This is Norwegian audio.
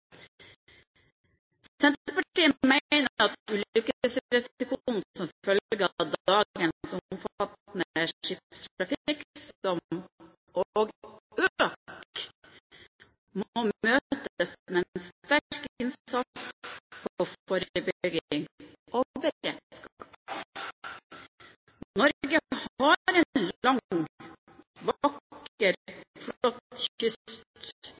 Senterpartiet mener at ulykkesrisikoen som følge av dagens omfattende skipstrafikk, som også øker, må møtes med en sterk innsats på forebygging og beredskap. Norge har en lang, vakker, flott kyst,